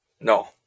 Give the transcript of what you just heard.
No